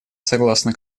согласно